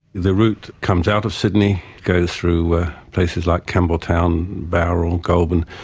the route comes out of sydney, goes through places like campbelltown, bowral, goulburn.